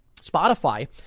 Spotify